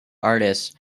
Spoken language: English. artist